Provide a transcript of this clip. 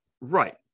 Right